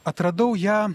atradau ją